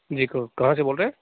जी क कहाँ से बोल रहे हैं